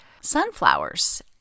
sunflowers